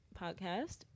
podcast